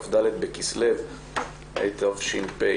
כ"ד בכסלו התשפ"א,